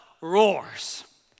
roars